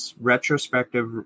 retrospective